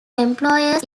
employers